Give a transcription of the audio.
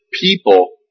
people